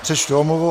Přečtu omluvu.